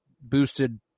boosted